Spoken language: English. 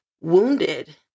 wounded